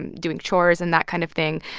and doing chores and that kind of thing.